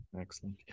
excellent